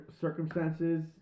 circumstances